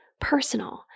personal